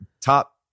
top